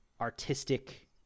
artistic